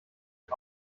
die